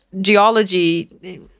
Geology